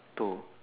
toh